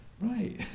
right